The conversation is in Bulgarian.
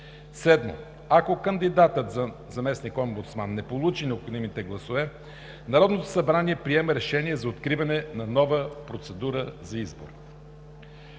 7. Ако кандидатът за заместник-омбудсман не получи необходимите гласове, Народното събрание приема решение за откриване на нова процедура за избор.